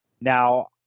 Now